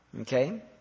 Okay